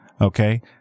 Okay